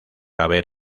haber